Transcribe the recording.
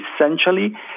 essentially